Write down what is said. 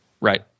right